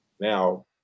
Now